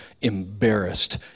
embarrassed